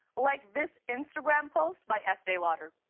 like this instagram post by estee lauder.